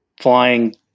flying